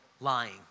Lying